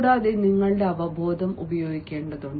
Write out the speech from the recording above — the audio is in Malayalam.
കൂടാതെ നിങ്ങളുടെ അവബോധം ഉപയോഗിക്കേണ്ടതുണ്ട്